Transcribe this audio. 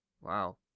Wow